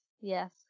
yes